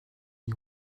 you